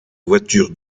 voiture